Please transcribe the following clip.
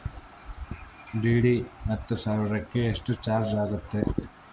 DD ಹತ್ತು ಸಾವಿರಕ್ಕೆ ಎಷ್ಟು ಚಾಜ್೯ ಆಗತ್ತೆ?